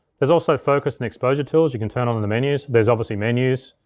there's also focus and exposure tools you can turn on in the menus. there's obviously menus.